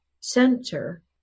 center